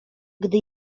gdy